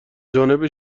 جانب